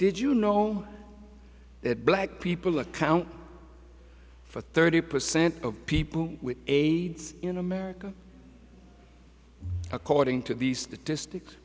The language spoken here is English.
did you know that black people account for thirty percent of people with aids in america according to these statistics